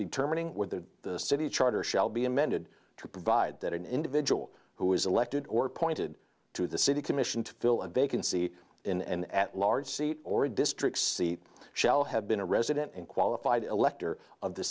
determining whether the city charter shall be amended to provide that an individual who is elected or appointed to the city commission to fill a vacancy in an at large seat or a district seat shall have been a resident and qualified elector of the